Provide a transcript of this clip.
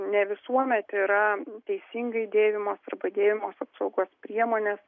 ne visuomet yra teisingai dėvimos arba dėvimos apsaugos priemonės